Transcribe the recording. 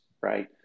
right